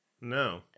No